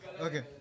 Okay